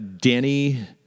Danny